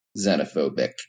xenophobic